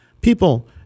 People